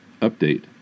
Update